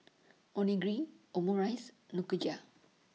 Onigiri Omurice Nikujaga